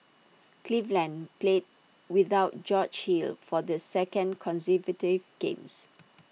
cleveland played without George hill for the second games